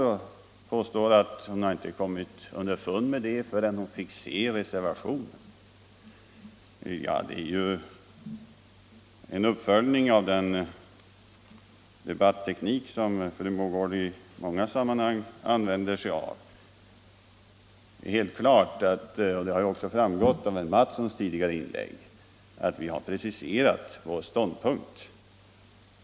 Hon påstår att hon inte kom underfund med det förrän hon fick se reservationen. Detta är ju en uppföljning av den debatteknik som fru Mogård i andra sammanhang använder sig av. Det är helt klart att — och detta har också framgått av herr Mattssons i Lane-Herrestad tidigare inlägg — att vi har preciserat vår ståndpunkt.